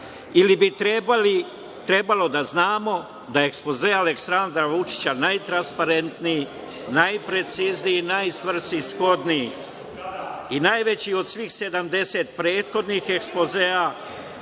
ili bi trebalo da znamo, da je ekspoze Aleksandra Vučića najtransparentniji, najprecizniji, najsvrsishodniji i najveći od svih 70 prethodnih ekspozea